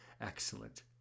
excellent